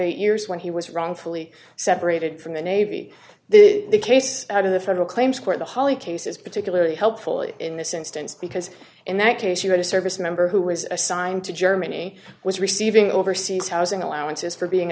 eight years when he was wrongfully separated from the navy the the case out of the federal claims court the holly case is particularly helpful in this instance because in that case you had a service member who was assigned to germany was receiving overseas housing allowances for being